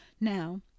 now